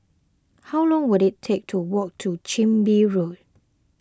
how long will it take to walk to Chin Bee Road